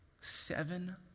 Seven